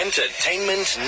Entertainment